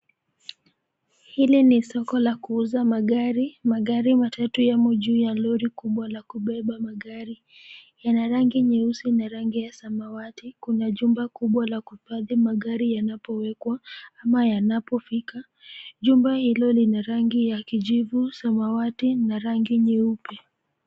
Hili ni soko la kuuza magari. Magari matatu yamo juu ya lori kubwa la kubeba magari, yana rangi nyeusi na rangi ya samawati. Kuna jumba kubwa la kuhifadhi magari yanapowekwa ama yanapofika. Jumba hilo ni la rangi ya kijivu, samawati na rangi nyeupe.